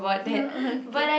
okay